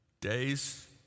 days